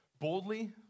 Boldly